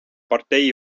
partei